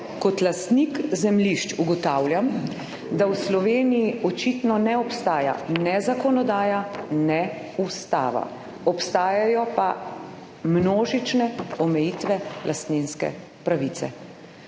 kot lastnik zemljišč ugotavljam, da v Sloveniji očitno ne obstaja ne zakonodaja ne Ustava, obstajajo pa množične omejitve lastninske pravice«.